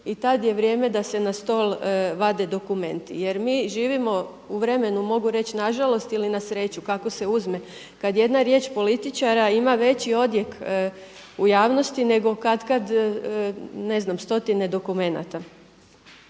i tad je vrijeme da se na stol vade dokumenti. Jer mi živimo u vremenu mogu reći na žalost ili na sreću kako se uzme. Kad jedna riječ političara ima veći odjek u javnosti nego katkad ne znam stotine dokumenata.